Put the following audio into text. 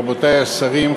רבותי השרים,